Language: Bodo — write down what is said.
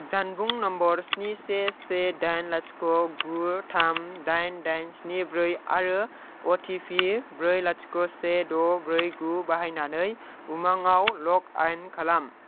जानबुं नम्बर स्नि से से दाइन लाथिख' गु थाम दाइन दाइन स्नि ब्रै आरो अ टि पि ब्रै लाथिख' से द' ब्रै गु बाहायनानै उमांआव लग इन खालाम